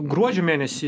gruodžio mėnesį